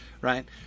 right